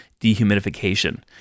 dehumidification